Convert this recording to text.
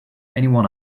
anyone